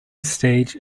stage